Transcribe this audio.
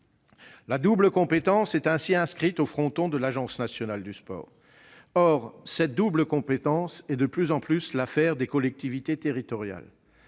La double compétence est ainsi inscrite au fronton de l'Agence nationale du sport. Or cette double compétence est de plus en plus l'affaire des collectivités territoriales,